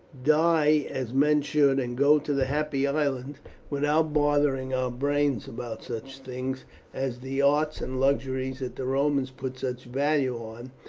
die as men should, and go to the happy island without bothering our brains about such things as the arts and luxuries that the romans put such value on.